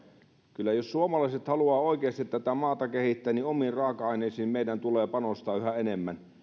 kyllä jos suomalaiset haluavat oikeasti tätä maata kehittää niin omiin raaka aineisiin meidän tulee panostaa yhä enemmän